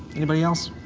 anybody else?